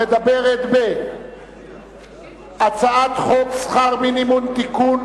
המדברת בהצעת חוק שכר מינימום (העלאת סכומי שכר מינימום,